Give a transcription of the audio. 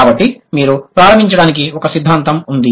కాబట్టి మీరు ప్రారంభించడానికి ఒక సిద్ధాంతం ఉంది